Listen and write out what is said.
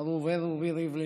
מר ראובן רובי ריבלין,